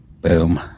Boom